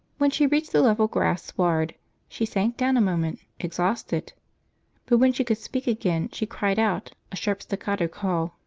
when she reached the level grass sward she sank down a moment, exhausted but when she could speak again she cried out, a sharp staccato call,